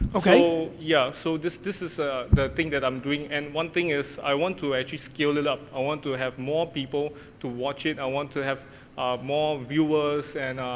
yeah, so, this this is ah the thing that i'm doing, and one thing is i want to actually scale it up. i want to have more people to watch it, i want to have more viewers and.